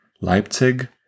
Leipzig